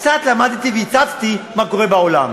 קצת למדתי והצצתי מה קורה בעולם.